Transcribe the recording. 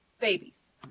babies